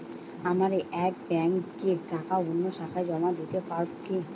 আমার এক ব্যাঙ্কের টাকা অন্য শাখায় জমা দিতে পারব কি?